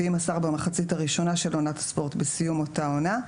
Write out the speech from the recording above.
ואם מסר במחצית הראשונה של עונת הספורט בסיום אותה עונה.